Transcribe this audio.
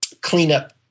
cleanup